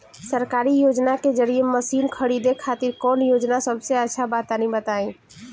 सरकारी योजना के जरिए मशीन खरीदे खातिर कौन योजना सबसे अच्छा बा तनि बताई?